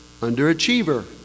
underachiever